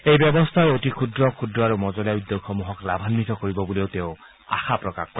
এই ব্যৱস্থাই অতি ক্ষুদ্ৰ ক্ষুদ্ৰ আৰু মজলীয়া উদ্যোগসমূহক লাভাগ্নিত কৰিব বুলিও তেওঁ প্ৰকাশ কৰে